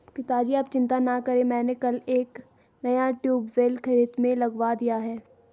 पिताजी आप चिंता ना करें मैंने कल एक नया ट्यूबवेल खेत में लगवा दिया है